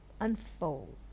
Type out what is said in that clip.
unfold